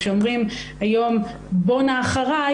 כשאומרים היום "בוא נא אחריי",